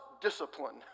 discipline